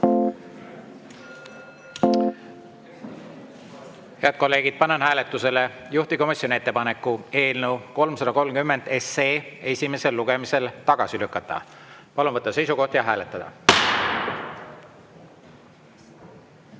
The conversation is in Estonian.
kolleegid, panen hääletusele juhtivkomisjoni ettepaneku eelnõu 330 esimesel lugemisel tagasi lükata. Palun võtta seisukoht ja hääletada!